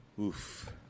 Oof